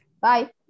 Bye